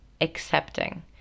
accepting